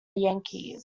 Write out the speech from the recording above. yankees